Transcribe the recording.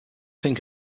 think